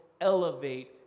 elevate